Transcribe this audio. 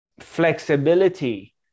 flexibility